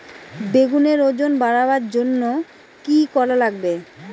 বেগুনের ওজন বাড়াবার জইন্যে কি কি করা লাগবে?